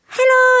Hello